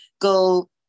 go